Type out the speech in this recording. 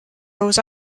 goes